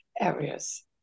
areas